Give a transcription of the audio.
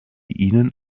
ihnen